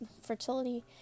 fertility